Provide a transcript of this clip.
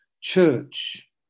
church